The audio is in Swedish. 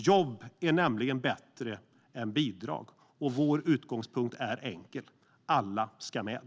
Jobb är nämligen bättre än bidrag, och vår utgångspunkt är enkel: Alla ska med.